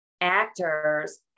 actors